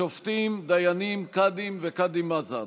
שופטים, דיינים, קאדים וקאדים מד'הב.